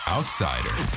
Outsider